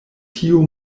tiu